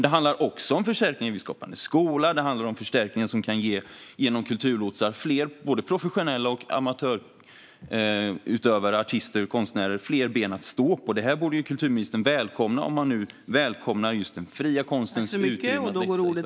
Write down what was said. Det handlar också om förstärkning av Skapande skola, förstärkningar som genom kulturlotsar kan ge fler utövare, artister och konstnärer - både professionella och amatörer - fler ben att stå på. Detta borde kulturministern välkomna om hon vill värna den fria konstens utrymme att växa i Sverige.